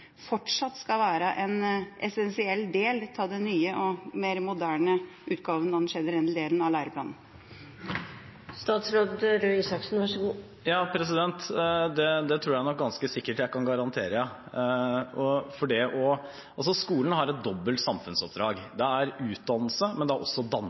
fortsatt skal være en essensiell del av den nye og mer moderne utgaven av den generelle delen av læreplanen. Det tror jeg nok ganske sikkert jeg kan garantere. Skolen har et dobbelt samfunnsoppdrag. Det er utdannelse, men det er også dannelse, og i dannelse legger jeg at skolen også skal bidra til å